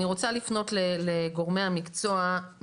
אני רוצה לפנות לגורמי המקצוע.